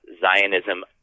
Zionism